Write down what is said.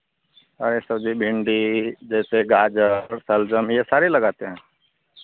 हरा सब्जी भिंडी जैसे गाजर शलजम ये सारे लगाते हैं